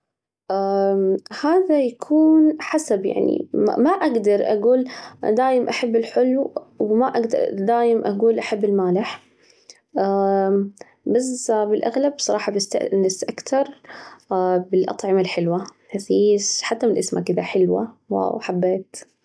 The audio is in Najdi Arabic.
هذا يكون حسب، يعني ما أجدر أجول دايم أحب الحلو وما أجدر دايم أجول أحب المالح، بس بالأغلب صراحة بستأنس أكتر بالأطعمة الحلوة، لذيذ ،حتى من إسمها كده حلوة ، واو حبيت.